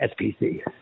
SPC